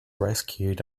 rescued